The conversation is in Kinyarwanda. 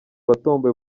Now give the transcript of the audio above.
watomboye